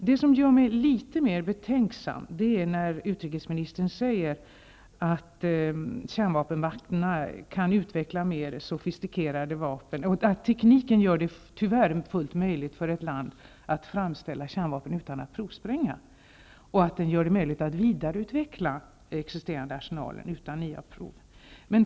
Det som gör mig litet mer betänksam är att utrikesministern säger att tekniken tyvärr gör det fullt möjligt för ett land att framställa kärnvapen utan att provspränga, och gör det möjligt att vidareutveckla den existerande arsenalen utan nya prov.